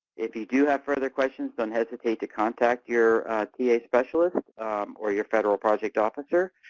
if you do have further questions, don't hesitate to contact your specialist or your federal project officer,